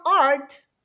art